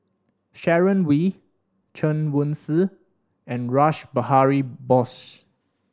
Sharon Wee Chen Wen Hsi and Rash Behari Bose